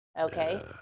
Okay